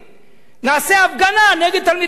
נעשה הפגנה נגד תלמידי ישיבות.